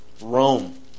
Rome